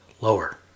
lower